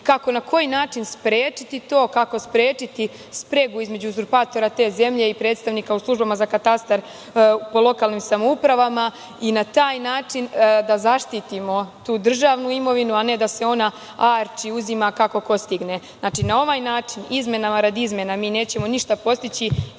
kako i na koji način sprečiti to, sprečiti spregu između uzurpatora te zemlje i predstavnika u službama za katastar po lokalnim samoupravama i na taj način da zaštitimo tu državnu imovinu, a ne da se ona arči i uzima kako ko stigne. Znači, na ovaj način, izmenama radi izmena, mi nećemo ništa postići i